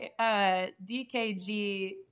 DKG